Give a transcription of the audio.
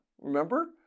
remember